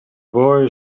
boy